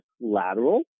lateral